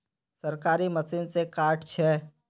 सरकारी मशीन से कार्ड छै?